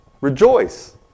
rejoice